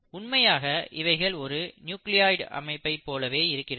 உண்மையாக இவைகள் ஒரு நியூக்ளியோய்டு அமைப்பைப் போலவே இருக்கிறது